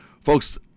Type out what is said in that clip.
Folks